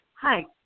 Hi